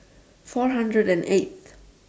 four hundred and eight th